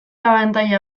abantaila